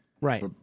Right